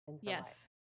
Yes